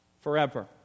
forever